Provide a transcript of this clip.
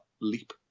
leap